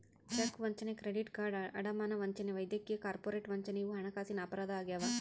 check ವಂಚನೆ credit card ಅಡಮಾನ ವಂಚನೆ ವೈದ್ಯಕೀಯ ಕಾರ್ಪೊರೇಟ್ ವಂಚನೆ ಇವು ಹಣಕಾಸಿನ ಅಪರಾಧ ಆಗ್ಯಾವ